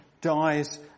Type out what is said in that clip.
dies